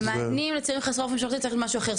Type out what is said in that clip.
מענים לצעירים חסרי עורף משפחתי זה צריך להיות משהו אחר.